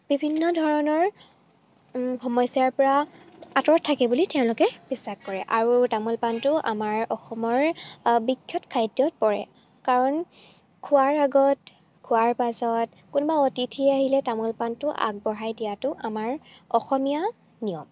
বিভিন্ন ধৰণৰ সমস্যাৰ পৰা আঁতৰত থাকে বুলি তেওঁলোকে বিশ্বাস কৰে আৰু তামোল পাণটো আমাৰ অসমৰ বিখ্যাত খাদ্যত পৰে কাৰণ খোৱাৰ আগত খোৱাৰ পাছত কোনোবা অতিথি আহিলে তামোল পাণটো আগবঢ়াই দিয়াতো আমাৰ অসমীয়া নিয়ম